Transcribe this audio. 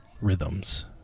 rhythms